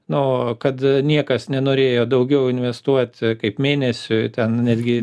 nu kad niekas nenorėjo daugiau investuoti kaip mėnesiui ten netgi